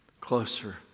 closer